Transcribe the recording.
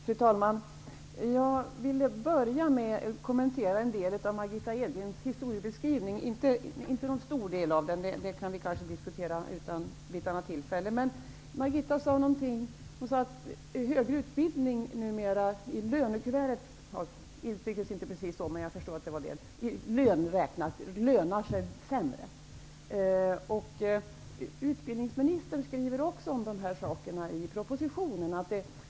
Fru talman! Jag vill börja med att kommentera en del av Margitta Edgrens historiebeskrivning. Jag skall inte beröra någon stor del av den. Det kan vi kanske diskutera vid något annat tillfälle. Margitta Edgren sade att högre utbildning inte märks i lönekuvertet. Hon uttryckte sig inte riktigt på det sättet, men jag förstår att det var det hon menade. Utbildning lönar sig sämre. Utbildningsministern skriver också om dessa saker i propositionen.